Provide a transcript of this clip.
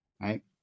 right